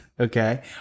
Okay